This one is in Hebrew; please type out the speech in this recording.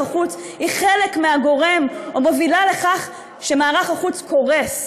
החוץ היא חלק מהגורם המוביל לכך שמערך החוץ קורס,